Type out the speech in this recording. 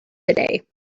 today